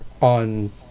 on